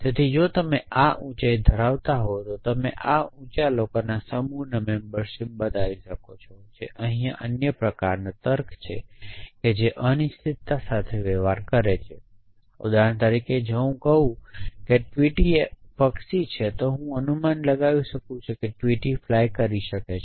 તેથી જો તમે આ ઉંચાઈ ધરાવતા હો તો તમે આ ઉંચા લોકોના સમૂહનું મેમ્બરશિપ બતાવી શકો છો અને અહી અન્ય પ્રકારનાં તર્ક છે જે અનિશ્ચિતતા સાથે વ્યવહાર કરે છે ઉદાહરણ તરીકે જો હું કહું કે ટ્વિટી એ પક્ષી છે તો હું અનુમાન લગાવી શકું છું કે ટ્વિટી ફ્લાય કરી શકે છે